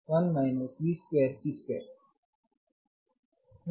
ನಂತರ ನಾನು ಈ ಪದವನ್ನು ರದ್ದುಗೊಳಿಸುತ್ತೇನೆ